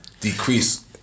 decrease